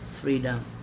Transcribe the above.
freedom